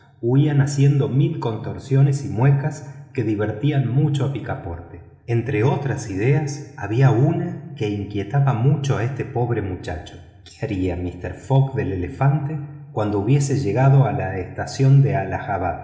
huían haciendo mil contorsiones y muecas que divertían mucho a picaporte entre otras ideas había una que inquietaba mucho a este pobre muchacho qué haría mister fogg del elefante cuando hubiese llegado a la estación del